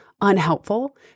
unhelpful